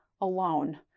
alone